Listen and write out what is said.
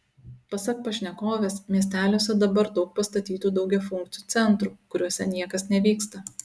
pasak pašnekovės miesteliuose dabar daug pastatytų daugiafunkcių centrų kuriuose niekas nevyksta